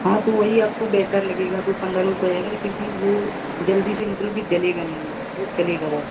हाँ तो वही आपको बेटर लगेगा जो पंद्रह रुपये रहेगा क्योंकि वह जल्दी से मतलब किजलेगा नहीं वह चलेगा बहुत